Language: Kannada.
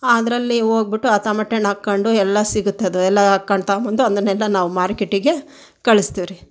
ಅದರಲ್ಲಿ ಹೋಗ್ಬಿಟು ಆ ತಮಟೆ ಹಣ್ಣು ಹಾಕೊಂಡು ಎಲ್ಲ ಸಿಗುತ್ತೆ ಅದು ಎಲ್ಲ ಹಾಕೊಂಡ್ ತಗೊಬಂದು ಅದನೆಲ್ಲ ನಾವು ಮಾರ್ಕೆಟಿಗೆ ಕಳಿಸ್ತಿವಿ ರೀ